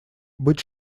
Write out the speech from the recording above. быть